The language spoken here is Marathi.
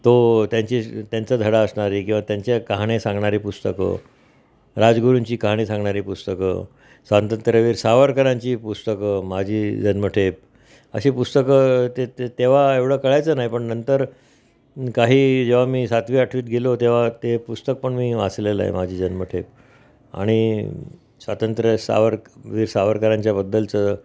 तो त्यांची त्यांचं धडा असणारी किंवा त्यांच्या कहाण्या सांगणारी पुस्तकं राजगुरूंची कहाणी सांगणारी पुस्तकं स्वांतंत्र्यवीर साववरकरांची पुस्तकं माझी जन्मठेप अशी पुस्तकं ते ते तेव्हा एवढं कळायचं नाही पण नंतर काही जेव्हा मी सातवी आठवीत गेलो तेव्हा ते पुस्तक पण मी वाचलेलं आहे माझी जन्मठेप आणि स्वातंत्र्य सावरक वीर सावरकरांच्या बद्दलचं